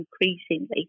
increasingly